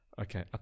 okay